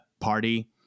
party